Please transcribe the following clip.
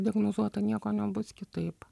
diagnozuota nieko nebus kitaip